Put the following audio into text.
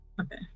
Okay